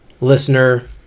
listener